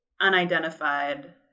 unidentified